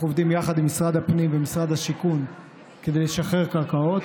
אנחנו עובדים יחד עם משרד הפנים ומשרד השיכון כדי לשחרר קרקעות,